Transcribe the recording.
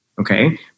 okay